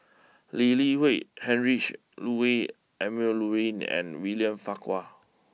Lee Li Hui Heinrich Ludwig Emil Luering and William Farquhar